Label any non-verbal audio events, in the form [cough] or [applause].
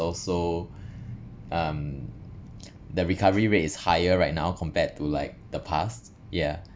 also um [breath] the recovery [noise] rate is higher right now compared to like the past year ya